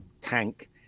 tank